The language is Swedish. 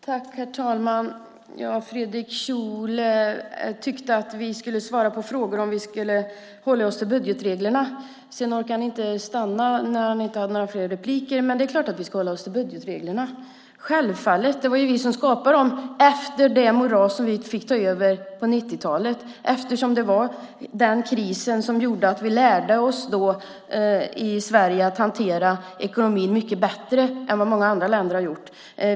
Herr talman! Fredrik Schulte tyckte att vi skulle svara på frågan om vi ska hålla oss till budgetreglerna. Sedan orkade han inte stanna kvar eftersom han inte hade möjlighet till ytterligare inlägg. Det är klart att vi ska hålla oss till budgetreglerna. Självfallet ska vi göra det. Det var vi som skapade dem efter det moras vi fick ta över på 90-talet. Det var den krisen som lärde oss i Sverige att hantera ekonomin på ett mycket bättre sätt än i många andra länder.